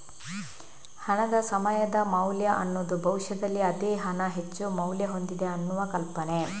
ಹಣದ ಸಮಯದ ಮೌಲ್ಯ ಅನ್ನುದು ಭವಿಷ್ಯದಲ್ಲಿ ಅದೇ ಹಣ ಹೆಚ್ಚು ಮೌಲ್ಯ ಹೊಂದಿದೆ ಅನ್ನುವ ಕಲ್ಪನೆ